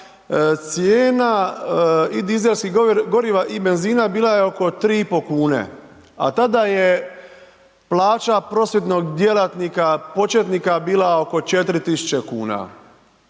cijena i dizelskih goriva i benzina bila je oko 3,5 kn, a tada je plaća prosvjetnog djelatnika početnika bila oko 4000 kn.